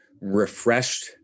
refreshed